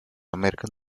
american